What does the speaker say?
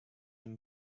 and